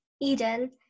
Eden